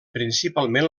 principalment